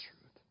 truth